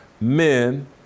men